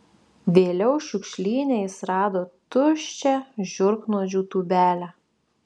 vėliau šiukšlyne jis rado tuščią žiurknuodžių tūbelę